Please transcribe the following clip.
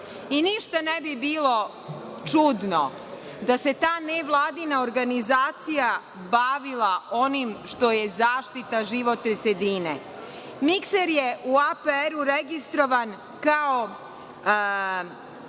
dinaraNišta ne bi bilo čudno da se ta nevladina organizacija bavila onim što je zaštita životne sredine. „Mikser“ je u APR-u registrovan kao,